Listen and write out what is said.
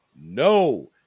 No